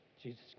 Jesus